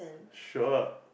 sure